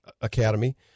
Academy